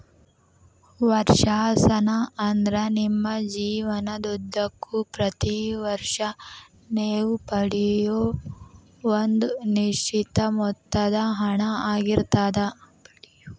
ವರ್ಷಾಶನ ಅಂದ್ರ ನಿಮ್ಮ ಜೇವನದುದ್ದಕ್ಕೂ ಪ್ರತಿ ವರ್ಷ ನೇವು ಪಡೆಯೂ ಒಂದ ನಿಶ್ಚಿತ ಮೊತ್ತದ ಹಣ ಆಗಿರ್ತದ